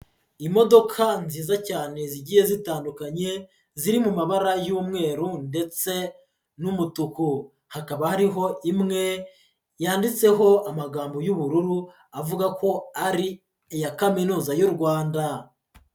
Imodoka nziza cyane zigiye zitandukanye, ziri mu mabara y'umweru ndetse n'umutuku, hakaba hariho imwe yanditseho amagambo y'ubururu, avuga ko ari iya Kaminuza y'u Rwanda.